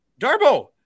Darbo